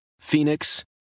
Phoenix